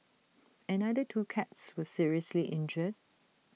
another two cats were seriously injured